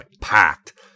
packed